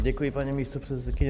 Děkuji, paní místopředsedkyně.